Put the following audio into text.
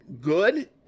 good